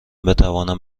بتوانم